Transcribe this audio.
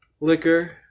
liquor